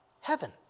heaven